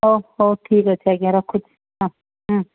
ହଉ ହଉ ଠିକ୍ ଅଛି ଆଜ୍ଞା ରଖୁଛି ହଁ ହୁଁ